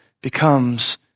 becomes